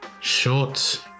Short